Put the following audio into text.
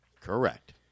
Correct